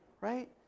right